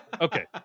okay